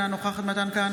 אינה נוכחת ווליד טאהא,